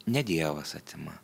ne dievas atima